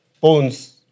bones